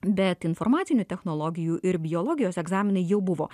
bet informacinių technologijų ir biologijos egzaminai jau buvo